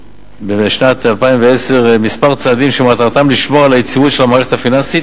בשנת 2010 מספר צעדים שמטרתם לשמור על היציבות של המערכת הפיננסית,